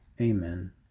Amen